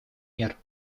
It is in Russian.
мер